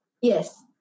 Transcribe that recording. Yes